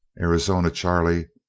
arizona charley,